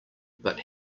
but